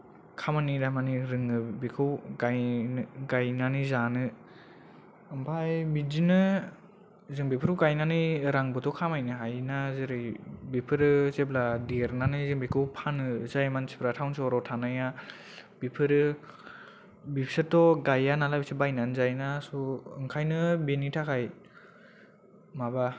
खामानि दामानि रोङो बेखौ गायनो गायनानै जानो आमफाय बिदिनो जों बेफोरखौ गायनानै रांबोथ' खामायनो हायोना जेरै बेफोरो जेब्ला देरनानै जों बेखौ फानो जाय मानसिफ्रा टाउन सहराव थानाया बेफोरो बिसोरथ' गाया नालाय बिसोर बायनानै जायोना स' ओंखायनो बेनि थाखाय माबा